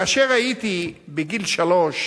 כאשר הייתי בן שלוש